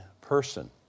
person